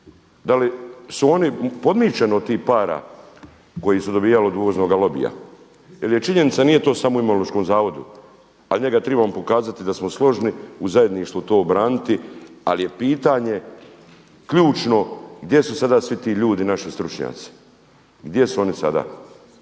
da li su oni podmićeni od tih para koji su dobijali od uvoznoga lobija. Jer je činjenica, nije to samo u Imunološkom zavodu, a njega tribamo pokazati da smo složni u zajedništvu to obraniti, ali je pitanje ključno gdje su sada svi ti ljudi naši stručnjaci, gdje su oni sada.